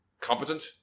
competent